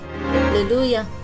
hallelujah